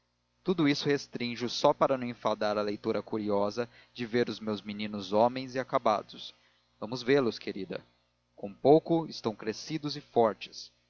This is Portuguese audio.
tudo isso restrinjo só para não enfadar a leitora curiosa de ver os meus meninos homens e acabados vamos vê-los querida com pouco estão crescidos e fortes